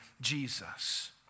Jesus